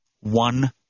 One